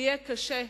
שיהיה קשה לשקמן.